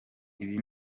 ibi